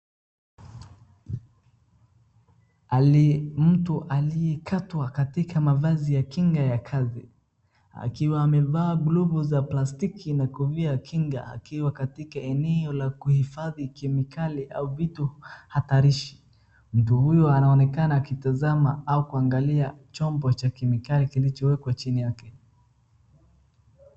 Mtu aliyekatwa katika mavazi ya kinga ya kazi, akiwa amevaa glovu za plastiki na kofia ya kinga akiwa katika eneo la kuhifadhi kemikali au vitu hatarishi. Mtu huyu anaonekana akitazama au kuangalia chombo cha kemikali kilichowekwa chini yake.